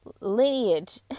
lineage